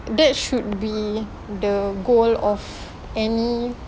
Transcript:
that should be the goal of any